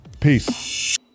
Peace